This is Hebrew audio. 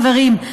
חברים,